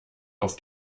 auf